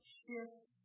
shift